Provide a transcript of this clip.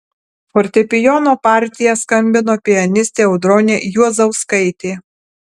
fortepijono partiją skambino pianistė audronė juozauskaitė